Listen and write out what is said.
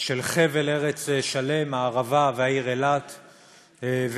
של חבל ארץ שלם, הערבה והעיר אילת והתושבים.